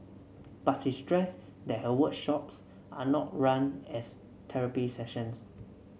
but she stressed that her workshops are not run as therapy sessions